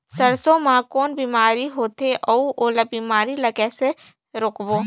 सरसो मा कौन बीमारी होथे अउ ओला बीमारी ला कइसे रोकबो?